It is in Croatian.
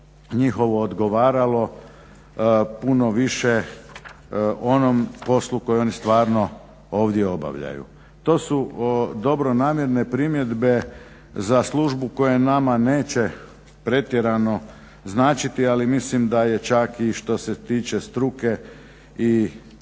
njihovo odgovaralo puno više onom poslu koji oni stvarno ovdje obavljaju. To su dobronamjerne primjedbe za službu koja nama neće pretjerano značiti ali mislim da je čak i što se tiče struke i sustava